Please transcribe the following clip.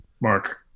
Mark